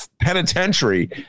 penitentiary